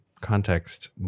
context